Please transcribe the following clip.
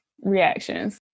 reactions